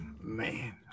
Man